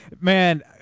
Man